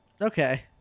Okay